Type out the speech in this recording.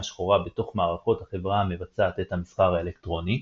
שחורה בתוך מערכות החברה המבצעת את המסחר האלקטרוני,